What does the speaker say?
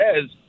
says